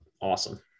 awesome